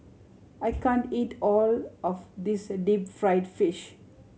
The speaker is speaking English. I can't eat all of this deep fried fish